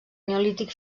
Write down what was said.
neolític